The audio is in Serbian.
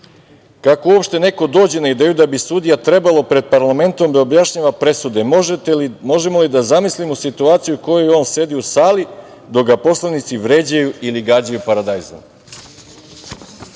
kako uopšte neko dođe na ideju da bi sudija trebalo pred parlamentom da objašnjava presude, možemo li da zamislimo situaciju u kojoj on sedi u sali dok ga poslanici vređaju ili gađaju paradajzom?